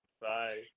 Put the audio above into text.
Bye